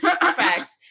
Facts